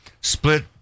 split